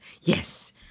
yes